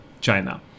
China